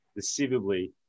deceivably